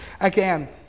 again